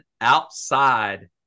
outside